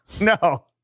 No